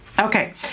Okay